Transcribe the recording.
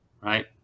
right